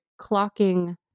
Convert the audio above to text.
clocking